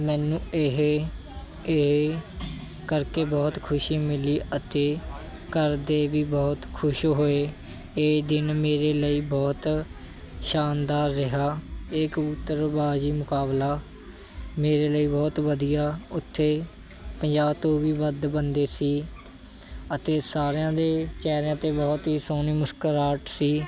ਮੈਨੂੰ ਇਹ ਇਹ ਕਰਕੇ ਬਹੁਤ ਖੁਸ਼ੀ ਮਿਲੀ ਅਤੇ ਘਰਦੇ ਵੀ ਬਹੁਤ ਖੁਸ਼ ਹੋਏ ਇਹ ਦਿਨ ਮੇਰੇ ਲਈ ਬਹੁਤ ਸ਼ਾਨਦਾਰ ਰਿਹਾ ਇਹ ਕਬੂਤਰਬਾਜੀ ਮੁਕਾਬਲਾ ਮੇਰੇ ਲਈ ਬਹੁਤ ਵਧੀਆ ਉੱਥੇ ਪੰਜਾਹ ਤੋਂ ਵੀ ਵੱਧ ਬੰਦੇ ਸੀ ਅਤੇ ਸਾਰਿਆਂ ਦੇ ਚਿਹਰਿਆਂ 'ਤੇ ਬਹੁਤ ਹੀ ਸੋਹਣੀ ਮੁਸਕਰਾਹਟ ਸੀ